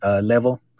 level